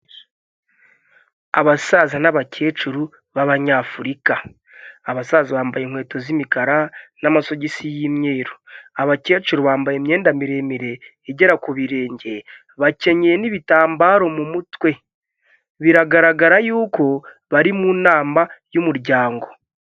Abasaza n'abakecuru b'abanyafurika, abasaza bambaye inkweto z'imikara n'amasogisi y'imyeru, abakecuru bambaye imyenda miremire igera ku birenge bakenyeye n'ibitambaro mu mutwe, biragaragara yuko bari mu nama y'umuryango.